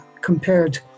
compared